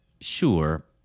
sure